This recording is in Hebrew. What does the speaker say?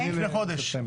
אני חושב